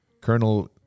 Colonel